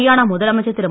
அரியானா முதலமைச்சர் திரு